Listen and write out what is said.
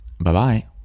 bye-bye